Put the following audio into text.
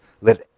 let